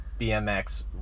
BMX